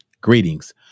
Greetings